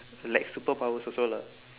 like superpowers also lah